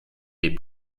les